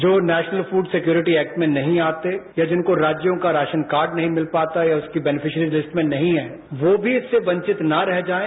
जो national food security act में नहीं आते या जिनको राज्यों का राशन कार्ड नहीं मिल पाता या उनकी बेनिफिशियरी लिस्ट में नहीं है वो भी इससे वंचित न रह जाएं